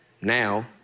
now